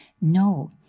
No